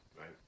right